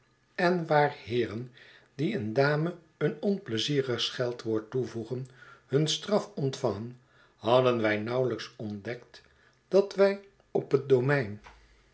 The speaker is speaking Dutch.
en waar heeren die een dame een onpleizierig scheldwoord toevoegen hun straf ontvangen hadden wij nauwelijks ontdekt dat wij op het domein